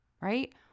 Right